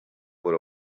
por